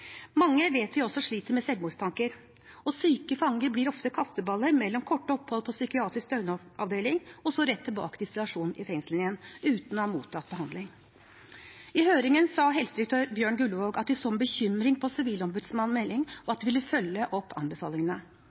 vet også at mange sliter med selvmordstanker, og syke fanger blir ofte kasteballer mellom korte opphold på psykiatrisk døgnavdeling og så rett tilbake til isolasjon i fengsel uten å ha mottatt behandling. I høringen sa helsedirektør Bjørn Guldvog at de så med bekymring på Sivilombudsmannens melding, og at de ville følge opp anbefalingene.